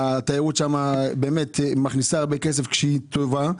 התיירות שם מכניסה הרבה כסף כשהיא טובה.